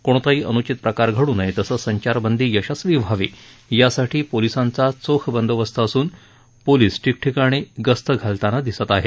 कोणताही अनुचित प्रकार घड् नये तसंच संचारबंदी यशस्वी व्हावी यासाठी पोलिसांचा चोख बंदोबस्तही असून पोलीस ठिकठिकाणी गस्त घालताना दिसत आहेत